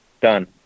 done